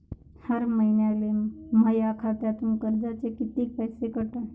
हर महिन्याले माह्या खात्यातून कर्जाचे कितीक पैसे कटन?